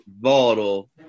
volatile